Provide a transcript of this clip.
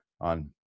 on